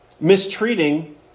mistreating